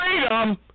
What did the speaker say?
freedom